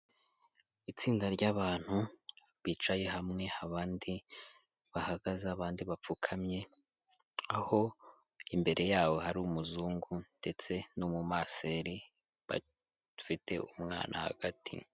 Itsinda ry'abantutu bicaye hamwe, abandi bahagaze, abandi bapfukamye aho imbere yabo hari umuzungu ndetse nu mumaseri bafite umwana hagati.